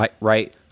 right